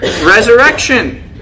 resurrection